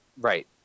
Right